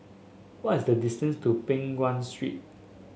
what is the distance to Peng Nguan Street